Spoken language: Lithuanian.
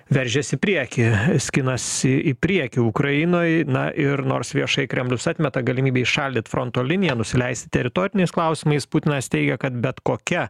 veržias į priekį skinasi į priekį ukrainoj na ir nors viešai kremlius atmeta galimybę įšaldyt fronto liniją nusileisti teritoriniais klausimais putinas teigia kad bet kokia